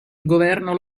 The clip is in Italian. governo